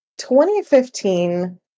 2015